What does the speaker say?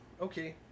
okay